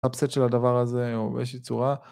אפסט של הדבר הזה או באיזושהי צורה